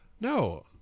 No